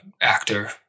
actor